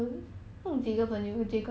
ah